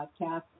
podcast